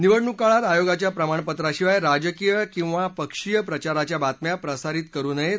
निवडणूक काळात आयोगाच्या प्रमाणपत्राशिवाय राजकीय किंवा पक्षीय प्रचाराच्या बातम्या प्रसारित करु नये